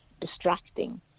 distracting